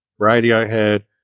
Radiohead